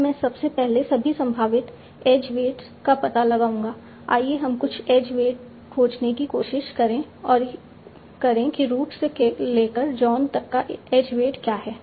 अब मैं सबसे पहले सभी संभावित एज वेट्स का पता लगाऊंगा आइए हम कुछ एज वेट्स खोजने की कोशिश करें कि रूट से लेकर जॉन तक का एज वेट क्या है